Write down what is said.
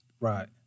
Right